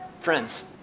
friends